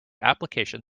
application